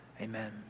Amen